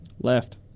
Left